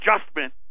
adjustment